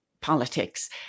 politics